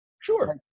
Sure